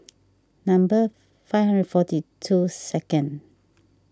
number five hundred forty two second